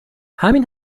همین